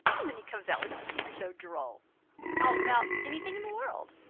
and then he comes out with something so droll all about any thing in the world.